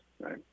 right